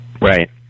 Right